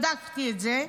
בדקתי את זה,